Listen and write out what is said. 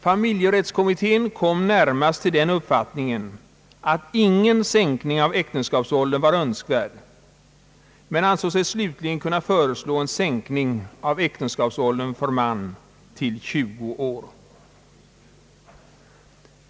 Familjerättskommittén kom närmast till den uppfattningen att ingen sänkning av äktenskapsåldern var önskvärd, men ansåg sig slutligen kunna föreslå en sänkning av äktenskapsåldern för man till 20 år.